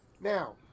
Now